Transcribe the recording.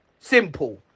simple